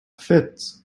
fits